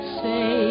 say